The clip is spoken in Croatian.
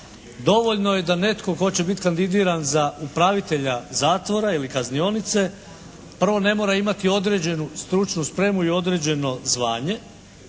dovoljno je da netko hoće biti kandidiran za upravitelja zatvora ili kaznionice, prvo ne mora imati određenu stručnu spremu i određeno zvanje,